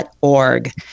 org